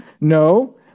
No